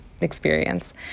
experience